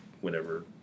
whenever